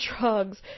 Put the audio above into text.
drugs